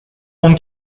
اون